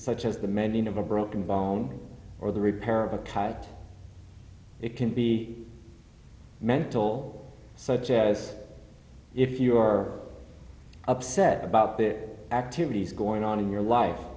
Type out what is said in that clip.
such as the mending of a broken bone or the repair of a tide it can be mental such as if you are upset about that activities going on in your life